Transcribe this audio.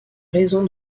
raison